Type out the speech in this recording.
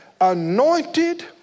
anointed